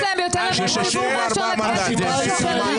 יש להם יותר אמון ציבורי מאשר הכנסת והממשלה.